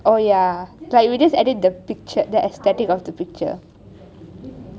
oh ya we didnt edit the picture the ~ of the picture